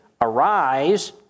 Arise